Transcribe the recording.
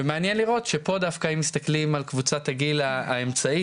ומעניין לראות שפה דווקא אם מסתכלים על קבוצת הגיל האמצעית,